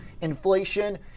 inflation